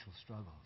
struggles